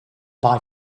buy